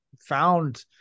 found